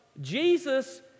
Jesus